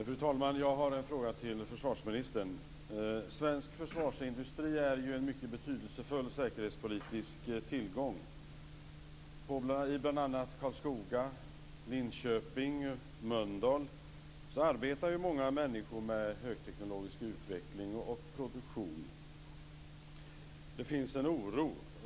Fru talman! Jag har en fråga till försvarsministern. Svensk försvarsindustri är en mycket betydelsefull säkerhetspolitisk tillgång. I bl.a. Karlskoga, Linköping och Mölndal arbetar många människor med högteknologisk utveckling och produktion. Det finns en oro.